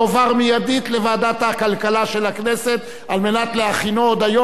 לוועדת הכלכלה נתקבלה.